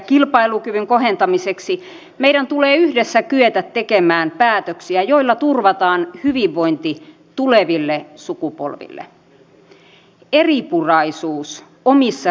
onko niin että atomivoimaloiden turvavyöhykkeiden alueille tai muihin kansallisesti tärkeille alueille vastaanottopaikkoja ei voi perustaa